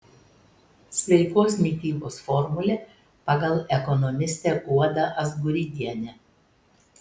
sveikos mitybos formulė pagal ekonomistę guodą azguridienę